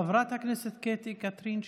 חברת הכנסת קטי קטרין שטרית.